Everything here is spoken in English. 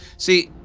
see,